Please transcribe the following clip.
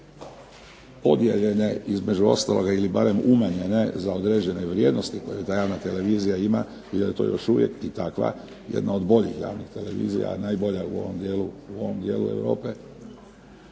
podijeljene između ostaloga ili barem umanjene za određene vrijednosti koje ta javna televizija ima, jer je to još uvijek i takva jedna od boljih javnih televizija, a najbolja u ovom dijelu Europe